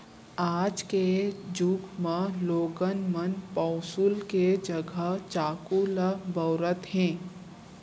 आज के जुग म लोगन मन पौंसुल के जघा चाकू ल बउरत हें